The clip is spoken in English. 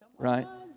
Right